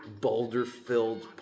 boulder-filled